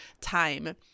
time